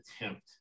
attempt